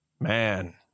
Man